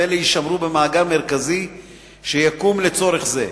ואלה יישמרו במאגר מרכזי שיקום לצורך זה.